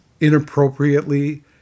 inappropriately